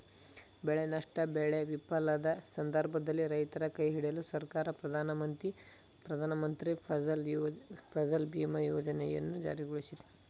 ಬೆಳೆ ನಷ್ಟ ಬೆಳೆ ವಿಫಲದ ಸಂದರ್ಭದಲ್ಲಿ ರೈತರ ಕೈಹಿಡಿಯಲು ಸರ್ಕಾರ ಪ್ರಧಾನಮಂತ್ರಿ ಫಸಲ್ ಬಿಮಾ ಯೋಜನೆಯನ್ನು ಜಾರಿಗೊಳಿಸಿದೆ